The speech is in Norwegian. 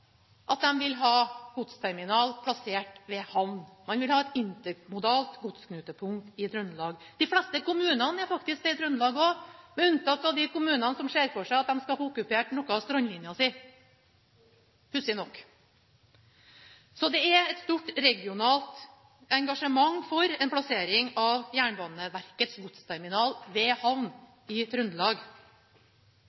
at de vil ha godsterminal plassert ved havn. Man vil ha et intermodalt godsknutepunkt i Trøndelag. Det vil faktisk de fleste kommunene, også i Trøndelag, med unntak av de kommunene som ser for seg at de skal få okkupert noe av strandlinja si – pussig nok. Så det er et stort regionalt engasjement for en plassering av Jernbaneverkets godsterminal ved havn